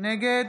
נגד